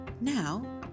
Now